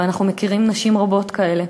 אנחנו מכירים נשים רבות כאלה